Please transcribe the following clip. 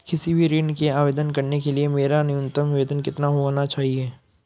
किसी भी ऋण के आवेदन करने के लिए मेरा न्यूनतम वेतन कितना होना चाहिए?